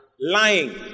lying